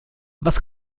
was